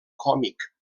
còmic